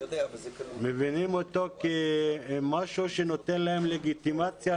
מבינים אותו כמשהו שנותן להם לגיטימציה